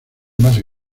más